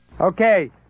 Okay